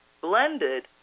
blended